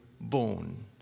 born